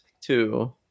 two